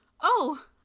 Oh